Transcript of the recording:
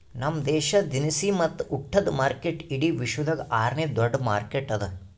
ನಮ್ ದೇಶ ದಿನಸಿ ಮತ್ತ ಉಟ್ಟದ ಮಾರ್ಕೆಟ್ ಇಡಿ ವಿಶ್ವದಾಗ್ ಆರ ನೇ ದೊಡ್ಡ ಮಾರ್ಕೆಟ್ ಅದಾ